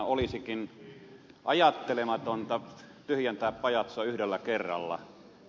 olisikin ajattelematonta tyhjentää pajatso yhdellä kerralla